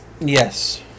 Yes